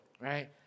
right